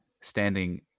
standing